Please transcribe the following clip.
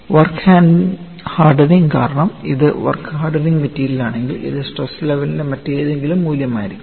work hardening കാരണം ഇത് work hardening മെറ്റീരിയലാണെങ്കിൽ ഇത് സ്ട്രെസ് ലെവലിന്റെ മറ്റേതെങ്കിലും മൂല്യമായിരിക്കും